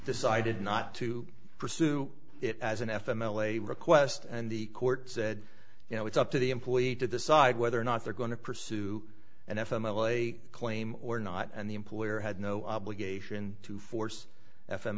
decided not to pursue it as an f m l a request and the court said you know it's up to the employee to decide whether or not they're going to pursue an f m l a claim or not and the employer had no obligation to force f m